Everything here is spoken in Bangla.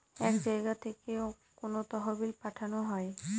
এক জায়গা থেকে কোনো তহবিল পাঠানো হয়